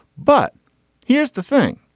but here's the thing.